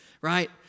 right